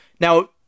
Now